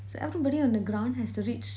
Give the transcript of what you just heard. so everybody on the ground has to reach